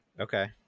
okay